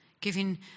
giving